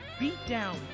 beatdown